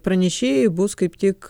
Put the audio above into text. pranešėjai bus kaip tik